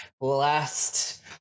last